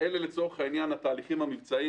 אלה התהליכים המבצעיים.